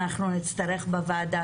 אנחנו נצטרך בוועדה,